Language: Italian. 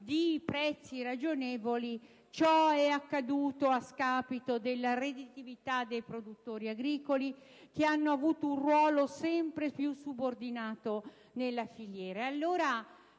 di prezzi ragionevoli, ciò è accaduto a scapito della redditività dei produttori agricoli, che hanno avuto un ruolo sempre più subordinato nella filiera.